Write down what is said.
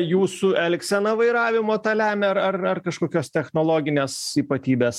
jūsų elgsena vairavimo tą lemia ar ar ar kažkokios technologinės ypatybes